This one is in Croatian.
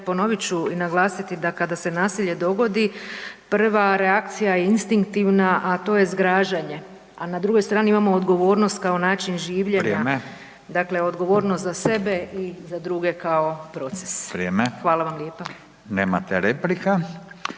ponovit ću i naglasiti, da kada se nasilje dogodi, prva reakcija je instinktivna, a to je zgražanje, a na drugoj strani imamo odgovornost kao način življenja. .../Upadica: Vrijeme./... Dakle, odgovornost za sebe i za druge kao proces. .../Upadica: Vrijeme./...